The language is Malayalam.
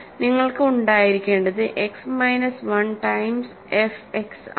നിങ്ങൾക്ക് ഉണ്ടായിരിക്കേണ്ടത് x minus 1 times f x ആണ്